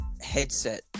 headset